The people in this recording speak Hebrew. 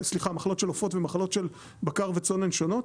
סליחה המחלות של עופות ומחלות של בקר וצאן הן שונות,